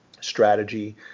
strategy